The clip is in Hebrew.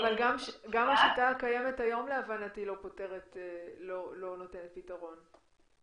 אבל גם השיטה הקיימת היום להבנתי לא נותנת פתרון.